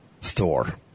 Thor